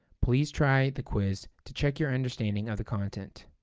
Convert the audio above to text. please try the quiz to check your understanding of the content.